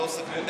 שלא סגרו.